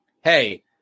Hey